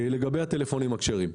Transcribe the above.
לגבי הטלפונים הכשרים.